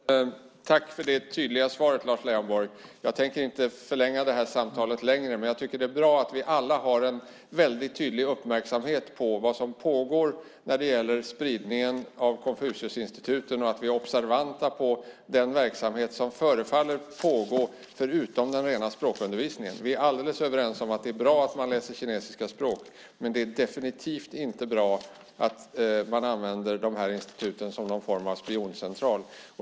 Fru talman! Tack för det tydliga svaret, Lars Leijonborg. Jag ska inte förlänga samtalet mer. Jag tycker att det är bra att vi alla har en väldigt tydlig uppmärksamhet på vad som pågår när det gäller spridningen av Konfuciusinstituten och att vi är observanta på den verksamhet som förefaller pågå förutom den rena språkundervisningen. Vi är helt överens om att det är bra att man läser kinesiska språk, men det är definitivt inte bra att man använder de här instituten som någon form av spioncentral.